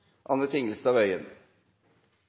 Anne Tingelstad